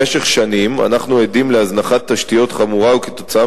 במשך שנים אנחנו עדים להזנחת תשתיות חמורה וכתוצאה